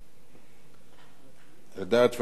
על דעת ועדת החוקה,